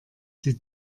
sie